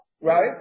right